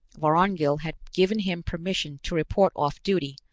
vorongil had given him permission to report off duty,